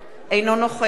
אינו נוכח